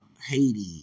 Haiti